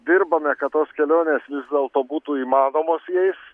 dirbame kad tos kelionės dėlto būtų įmanomos jais